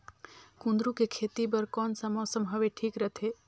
कुंदूरु के खेती बर कौन सा मौसम हवे ठीक रथे?